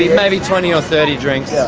maybe twenty or thirty drinks.